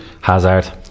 hazard